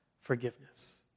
forgiveness